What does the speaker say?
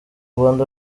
rwanda